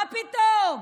מה פתאום?